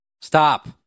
Stop